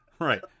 right